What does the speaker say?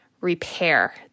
repair